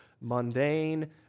mundane